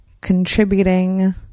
contributing